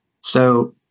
So-